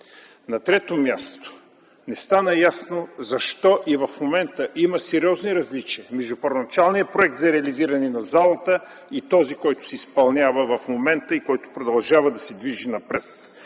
На трето място, не стана ясно защо и в момента има сериозни различия между първоначалния проект за реализиране на залата и този, който се изпълнява в момента и който продължава да се движи напред.